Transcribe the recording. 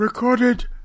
Recorded